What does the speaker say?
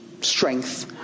Strength